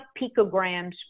picograms